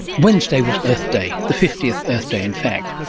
wednesday was earth day, the fiftieth earth day in fact.